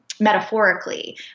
Metaphorically